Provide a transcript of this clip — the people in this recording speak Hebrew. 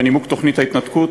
תוכנית ההתנתקות,